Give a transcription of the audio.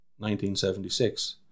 1976